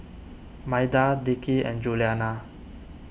Maida Dickie and Juliana